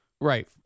Right